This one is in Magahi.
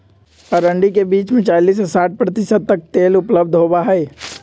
अरंडी के बीज में चालीस से साठ प्रतिशत तक तेल उपलब्ध होबा हई